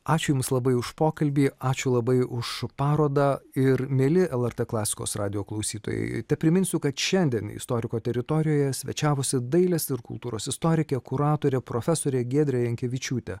ačiū jums labai už pokalbį ačiū labai už parodą ir mieli lrt klasikos radijo klausytojai tepriminsiu kad šiandien istoriko teritorijoje svečiavosi dailės ir kultūros istorikė kuratorė profesorė giedrė jankevičiūtė